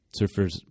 surfers